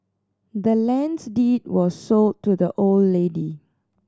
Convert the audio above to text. the land's deed was sold to the old lady